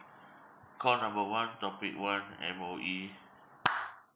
call number one topic one M_O_E